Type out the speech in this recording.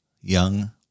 young